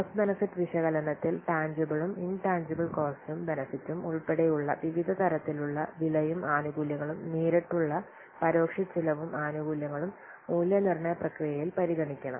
cost benefit വിശകലനത്തിൽ ടാൻജിബിലും intangible കോസ്റ്റും ബെനെഫിട്ടും ഉൾപ്പെടെയുള്ള വിവിധ തരത്തിലുള്ള വിലയും ആനുകൂല്യങ്ങളും നേരിട്ടുള്ള പരോക്ഷ ചിലവും ആനുകൂല്യങ്ങളും മൂല്യനിർണ്ണയ പ്രക്രിയയിൽ പരിഗണിക്കണം